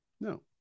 No